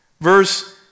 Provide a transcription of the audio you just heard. Verse